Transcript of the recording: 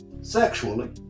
sexually